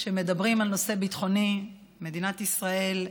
כשמדברים על נושא ביטחוני במדינת ישראל,